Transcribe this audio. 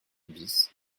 bis